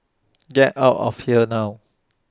get out of here now